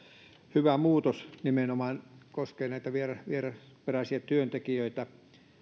hyvä muutos nimenomaan koskien näitä vierasperäisiä työntekijöitä